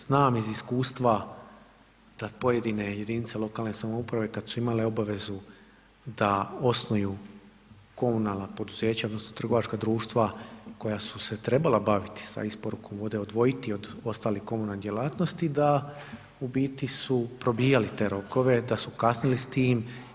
Znam iz iskustva da pojedine jedinice lokalne samouprave kad su imale obavezu da osnuju komunalna poduzeća odnosno trgovačka društva koja su se trebala baviti sa isporukom vode, odvojiti od ostalih komunalnih djelatnosti da u biti su probijali te rokove da su kasnili s tim.